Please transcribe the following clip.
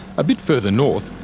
a bit further north,